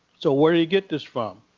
so where did he get this from?